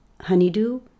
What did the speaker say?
Honeydew